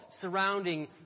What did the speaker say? surrounding